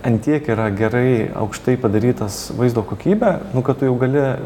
ant tiek yra gerai aukštai padarytas vaizdo kokybė nu kad tu jau gali